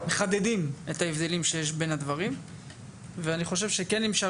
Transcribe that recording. מחדדים את ההבדלים שיש בין הדברים ואני חושב שכן אפשר